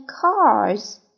cars